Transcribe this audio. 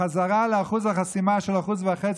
החזרה לאחוז החסימה של 1.5%,